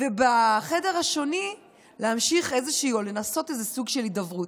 ובחדר השני להמשיך או לנסות סוג של הידברות,